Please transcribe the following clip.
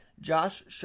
Josh